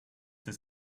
his